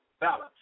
balance